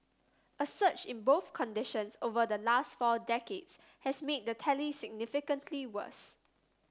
a surge in both conditions over the last four decades has made the tally significantly worse